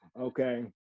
Okay